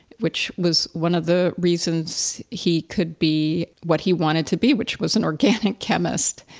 which was one of the reasons he could be what he wanted to be, which was an organic chemist.